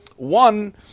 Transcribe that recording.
One